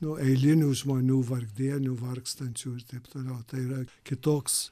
nu eilinių žmonių vargdienių vargstančių ir taip toliau tai yra kitoks